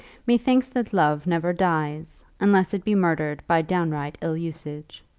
methinks that love never dies, unless it be murdered by downright ill-usage.